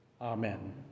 Amen